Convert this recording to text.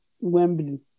Wembley